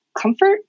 comfort